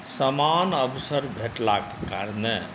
समान अवसर भेटलाक कारणे